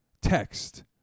text